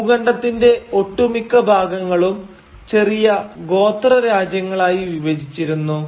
ഭൂഖണ്ഡത്തിന്റെ ഒട്ടുമിക്ക ഭാഗങ്ങളും ചെറിയ ഗോത്ര രാജ്യങ്ങളായി വിഭജിച്ചിരുന്നു